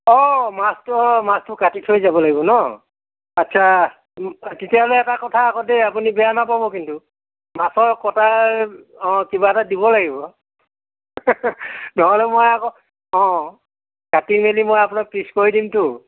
অঁ মাছটো অঁ অঁ মাছটো কাটি থৈ যাব লাগিব ন আচ্ছা তেতিয়াহ'লে এটা কথা আকৌ দেই আপুনি বেয়া নেপাব কিন্তু মাছৰ কটাৰ অঁ কিবা এটা দিব লাগিব নহ'লে মই আকৌ অঁ কাটি মেলি মই আপোনাক পিছ কৰি দিমতো